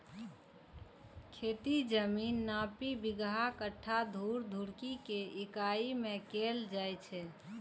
खेतीक जमीनक नापी बिगहा, कट्ठा, धूर, धुड़की के इकाइ मे कैल जाए छै